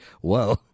Whoa